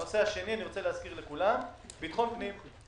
הנושא השני שאני רוצה להזכיר לכולם הוא פשע